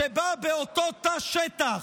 שבה באותו תא שטח,